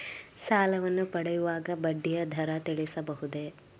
ಸಾಲವನ್ನು ಪಡೆಯುವಾಗ ಬಡ್ಡಿಯ ದರ ತಿಳಿಸಬಹುದೇ?